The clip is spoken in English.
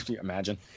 imagine